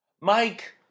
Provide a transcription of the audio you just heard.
Mike